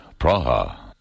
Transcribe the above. Praha